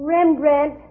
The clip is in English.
Rembrandt